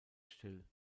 still